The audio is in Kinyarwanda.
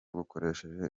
bukoresheje